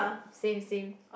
same same